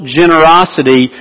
generosity